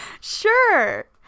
Sure